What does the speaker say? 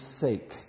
sake